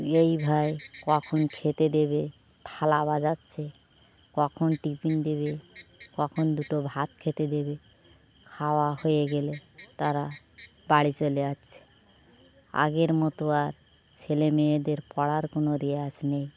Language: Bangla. এই হয় কখন খেতে দেবে থালা বাজাচ্ছে কখন টিফিন দেবে কখন দুটো ভাত খেতে দেবে খাওয়া হয়ে গেলে তারা বাড়ি চলে যাচ্ছে আগের মতো আর ছেলেমেয়েদের পড়ার কোনো রেওয়াজ নেই